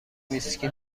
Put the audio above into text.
ویسکی